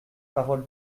parole